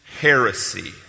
heresy